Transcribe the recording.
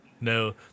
No